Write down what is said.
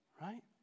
Right